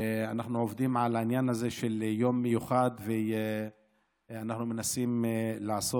ואנחנו עובדים על העניין הזה של יום מיוחד ומנסים לעשות